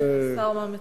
והשר, מה מציע?